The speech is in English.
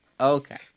Okay